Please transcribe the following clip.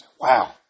Wow